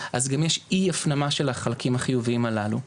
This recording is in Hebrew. אז גם יש אי הפנמה של החלקים החיוביים הללו.